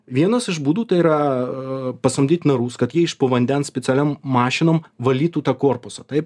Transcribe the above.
vienas iš būdų tai yra pasamdyt narus kad jie iš po vandens specialiam mašinom valytų tą korpusą taip